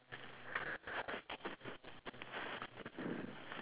oh gosh exactly